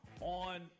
on